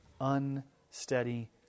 unsteady